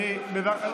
גם אני בריון.